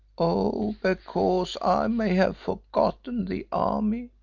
oh! because i may have forgotten the army,